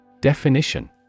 Definition